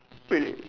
wait